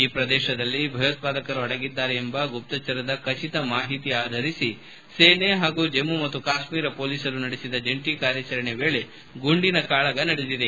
ಈ ಪ್ರದೇಶದಲ್ಲಿ ಭಯೋತ್ವಾದಕರು ಅಡಗಿದ್ದಾರೆ ಎಂಬ ಗುಪ್ತಚರದ ಖಚಿತ ಮಾಹಿತಿ ಆಧರಿಸಿ ಸೇನೆ ಹಾಗೂ ಜಮ್ನು ಮತ್ತು ಕಾಶ್ನೀರ ಪೊಲೀಸರು ನಡೆಸಿದ ಜಂಟಿ ಕಾರ್ಯಾಚರಣೆ ವೇಳೆ ಗುಂಡಿನ ಕಾಳಗ ನಡೆದಿದೆ